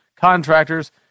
contractors